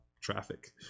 traffic